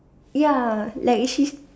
ya like is she